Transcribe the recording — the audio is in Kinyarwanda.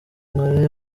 nkore